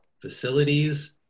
facilities